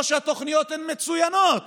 או שהתוכניות הן מצוינות